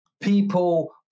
people